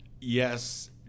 yes